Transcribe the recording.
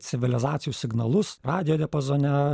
civilizacijų signalus radijo diapazone